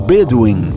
Bedouin